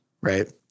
right